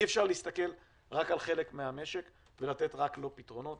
אי אפשר להסתכל רק על חלק מהמשק ולתת רק לו פתרונות